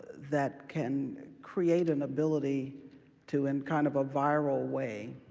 that can create an ability to, in kind of a viral way,